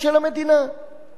או שהם טפלים לה?